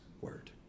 word